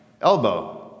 elbow